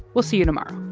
we'll see you tomorrow